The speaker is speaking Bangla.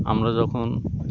আমরা যখন